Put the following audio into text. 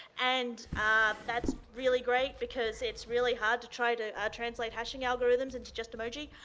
and that's really great because it's really hard to try to translate hashing algorithms into just emoji.